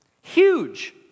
Huge